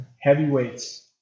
heavyweights